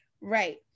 right